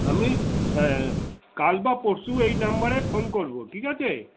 আমি হ্যাঁ কাল বা পরশু এই নম্বরে ফোন করবো ঠিক আছে